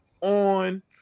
on